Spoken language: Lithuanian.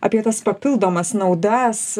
apie tas papildomas naudas